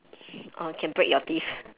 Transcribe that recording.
oh can break your teeth